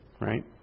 right